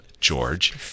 George